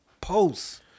posts